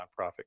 nonprofit